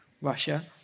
Russia